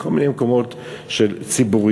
בכל מיני מקומות ציבוריים,